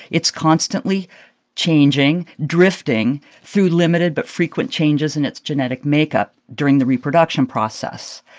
it's constantly changing, drifting through limited but frequent changes in its genetic makeup during the reproduction process.